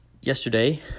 Yesterday